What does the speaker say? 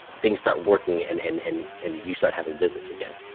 things start working and and and and you start having business again.